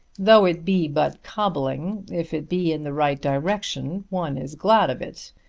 though it be but cobbling, if it be in the right direction one is glad of it.